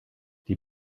die